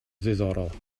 ddiddorol